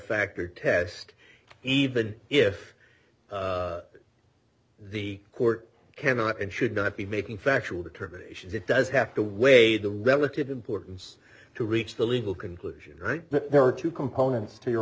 factor test even if the court cannot and should not be making factual determinations it does have to weigh the relative importance to reach the legal conclusion there are two components to your